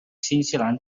新西兰